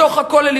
בתוך הכוללים,